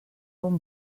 bon